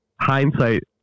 hindsight